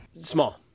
small